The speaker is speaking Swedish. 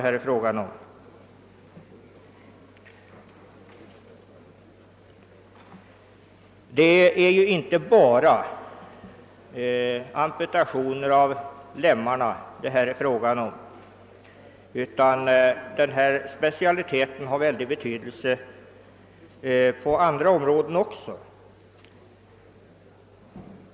Här rör det sig inte bara om amputationer av lemmarna, utan denna specialitet har väldig betydelse också på andra områden.